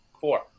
Four